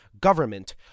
government